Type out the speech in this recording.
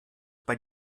bei